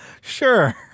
Sure